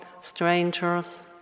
strangers